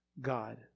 God